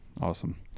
Awesome